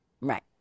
Right